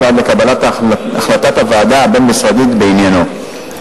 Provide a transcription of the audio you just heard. ועד לקבלת החלטת הוועדה הבין-משרדית בעניינו.